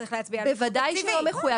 צריך להצביע --- בוודאי שזה לא מחויב.